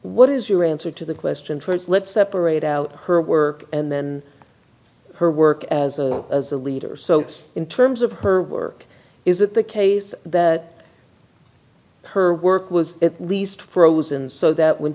what is your answer to the question first let's separate out her work and then her work as well as the leaders so in terms of her work is it the case that her work was at least frozen so that when